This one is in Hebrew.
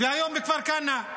והיום בכפר כנא.